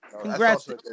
Congrats